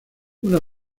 una